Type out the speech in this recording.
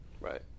Right